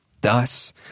Thus